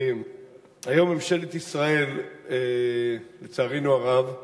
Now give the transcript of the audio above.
היום ממשלת ישראל, לצערנו הרב,